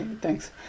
thanks